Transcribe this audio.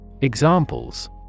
Examples